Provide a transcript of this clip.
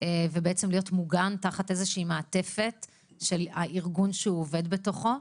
ולהיות מוגן תחת איזושהי מעטפת של הארגון שהוא עובד בתוכו?